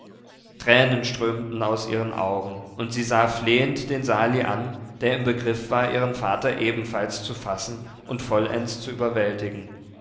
tränen strömten aus ihren augen und sie sah flehend den sali an der im begriff war ihren vater ebenfalls zu fassen und vollends zu überwältigen